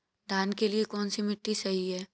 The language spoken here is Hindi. धान के लिए कौन सी मिट्टी सही है?